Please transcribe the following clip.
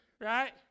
right